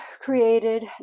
created